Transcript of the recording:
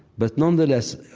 but nonetheless,